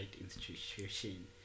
institution